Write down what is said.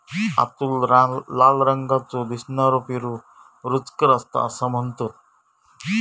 आतून लाल रंगाचो दिसनारो पेरू रुचकर असता असा म्हणतत